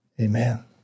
Amen